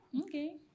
Okay